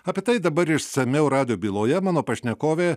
apie tai dabar išsamiau rado byloje mano pašnekovė